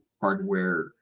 hardware